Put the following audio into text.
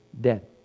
dead